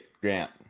Grant